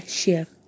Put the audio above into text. share